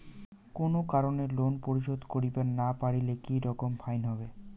কোনো কারণে লোন পরিশোধ করিবার না পারিলে কি রকম ফাইন হবে?